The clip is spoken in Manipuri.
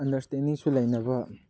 ꯑꯟꯗꯔꯁꯇꯦꯟꯗꯤꯡꯁꯨ ꯂꯩꯅꯕ